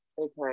Okay